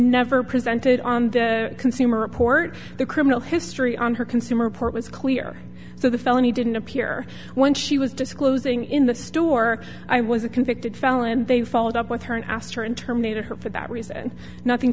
never presented on the consumer report the criminal history on her consumer report was clear so the felony didn't appear when she was disclosing in the store i was a convicted felon they followed up with her and asked her and terminated her for that reason nothing